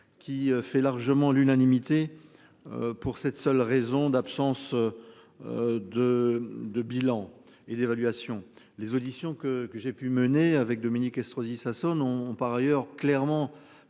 qui fait largement l'unanimité. Pour cette seule raison d'absence. De de bilan et d'évaluation, les auditions que que j'ai pu mener avec Dominique Estrosi Sassone ont par ailleurs clairement